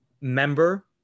member